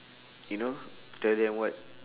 you know tell them what